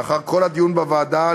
לאחר כל הדיון בוועדה,